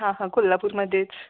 हां हा कोल्हापूरमध्येच